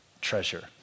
Treasure